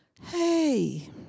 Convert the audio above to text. Hey